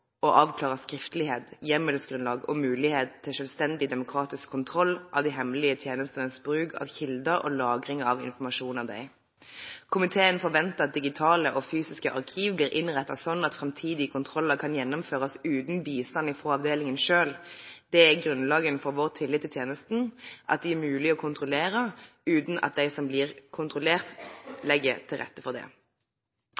å avklare skriftlighet, hjemmelsgrunnlag og mulighet til selvstendig demokratisk kontroll av de hemmelige tjenestenes bruk av kilder og lagring av informasjon om disse. Komiteen forventer at digitale og fysiske arkiv blir innrettet sånn at framtidige kontroller kan gjennomføres uten bistand fra avdelingen selv. Grunnlaget for vår tillit til tjenestene er at de er mulige å kontrollere, uten at de som blir kontrollert,